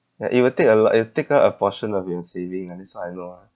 ya it will take a lot it'll take up a portion of your saving ah this one I know ah